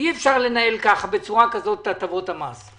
שאי אפשר לנהל בצורה כזאת את הטבות המס.